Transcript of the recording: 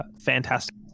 fantastic